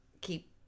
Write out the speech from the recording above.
keep